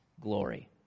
glory